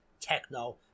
techno